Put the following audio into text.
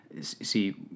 See